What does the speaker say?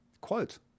quote